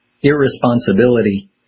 irresponsibility